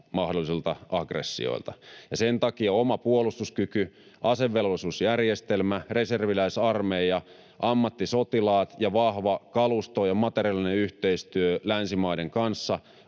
mahdollisilta aggressioilta. Sen takia oma puolustuskyky, asevelvollisuusjärjestelmä, reserviläisarmeija, ammattisotilaat ja vahva kalusto ja materiaalinen yhteistyö länsimaiden kanssa